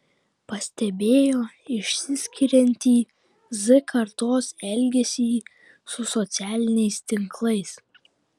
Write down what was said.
pastebėjo išsiskiriantį z kartos elgesį su socialiniais tinklais